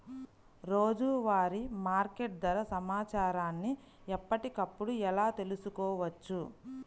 రోజువారీ మార్కెట్ ధర సమాచారాన్ని ఎప్పటికప్పుడు ఎలా తెలుసుకోవచ్చు?